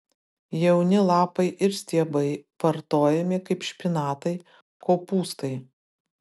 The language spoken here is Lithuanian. jauni lapai ir stiebai vartojami kaip špinatai kopūstai